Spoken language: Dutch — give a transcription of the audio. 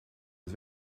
het